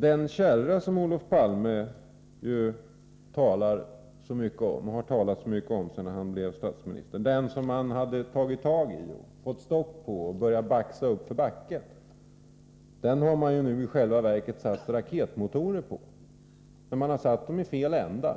Den kärra som Olof Palme talat så mycket om sedan han blev statsminister — den kärra som han hade tagit tag i, fått stopp på och börjat baxa uppför backen — har man nu i själva verket satt raketmotorer på. Men man har satt dem i fel ända.